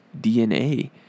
DNA